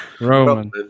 Roman